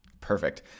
perfect